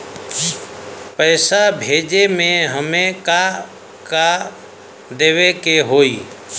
पैसा भेजे में हमे का का देवे के होई?